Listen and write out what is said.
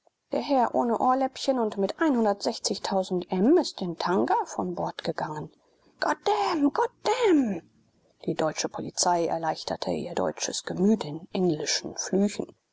der herr ohne ohrläppchen und mit em ist in tanga von bord gegangen goddam goddam die deutsche polizei erleichterte ihr deutsches gemüt in englischen flüchen